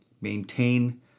maintain